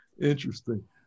Interesting